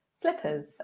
slippers